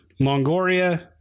Longoria